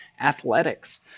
athletics